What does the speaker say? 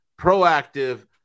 proactive